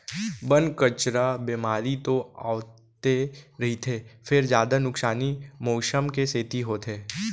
बन, कचरा, बेमारी तो आवते रहिथे फेर जादा नुकसानी मउसम के सेती होथे